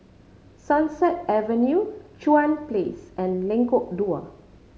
Sunset Avenue Chuan Place and Lengkok Dua